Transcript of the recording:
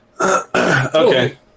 Okay